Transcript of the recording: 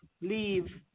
leave